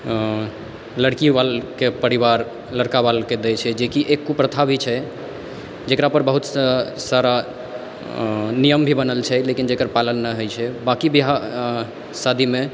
जे कि आँ लड़की वालाके परिवार लड़का वाला के दै छै जेकि एक कुप्रथा भी छै जेकरा पर बहुत सा सारा नियम भी बनल छै लेकिन जेकर पालन नहि होइ छै बाकि बिवाहा शादी मे